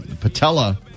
Patella